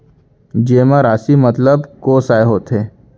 जेमा राशि मतलब कोस आय होथे?